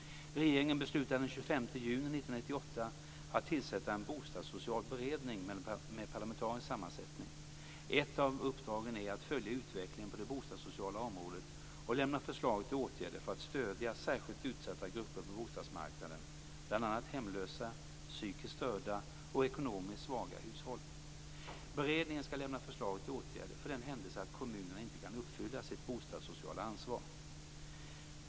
Regeringen beslutade den 25 juni 1998 att tillsätta en bostadssocial beredning med parlamentarisk sammansättning. Ett av uppdragen är att följa utvecklingen på det bostadssociala området och lämna förslag till åtgärder för att stödja särskilt utsatta grupper på bostadsmarknaden, bl.a. hemlösa, psykiskt störda och ekonomiskt svaga hushåll. Beredningen skall lämna förslag till åtgärder för den händelse att kommunerna inte kan uppfylla sitt bostadssociala ansvar.